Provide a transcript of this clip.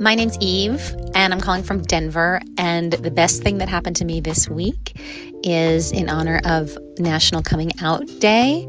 my name's eve. and i'm calling from denver. and the best thing that happened to me this week is in honor of national coming out day,